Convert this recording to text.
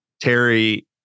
Terry